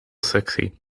sexy